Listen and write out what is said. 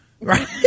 Right